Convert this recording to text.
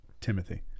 Timothy